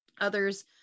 others